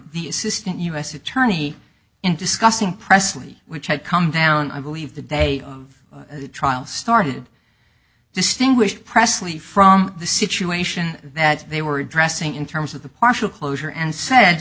the assistant u s attorney in discussing presley which had come down i believe the day of the trial started distinguish pressley from the situation that they were addressing in terms of the partial closure and said